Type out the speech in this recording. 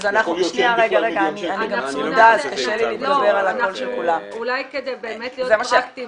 אז אנחנו- - אולי באמת כדי להיות פרקטיים